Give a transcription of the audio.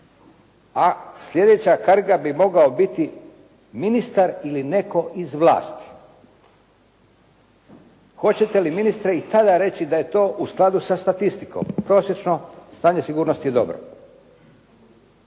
A sljedeća karga bi mogao biti ministar ili netko iz vlasti. Hoćete li ministre i tada reći da je to u skladu sa statistikom, prosječno stanje sigurnosti je dobro.